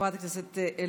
חברת הכנסת אלהרר.